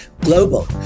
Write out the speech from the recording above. global